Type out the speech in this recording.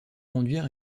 conduire